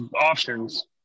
options